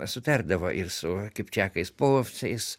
sutardavo ir su kapčekais polovcais